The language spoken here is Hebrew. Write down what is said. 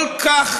כל כך